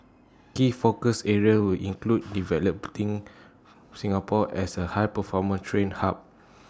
key focus areas will include developing Singapore as A high performance training hub